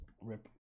Rip